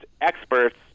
experts